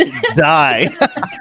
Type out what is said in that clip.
Die